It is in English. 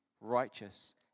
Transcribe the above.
righteous